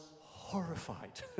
horrified